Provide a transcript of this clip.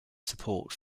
support